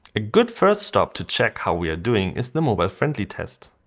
a good first stop to check how we are doing is the mobile friendly test.